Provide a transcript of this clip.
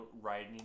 riding